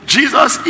Jesus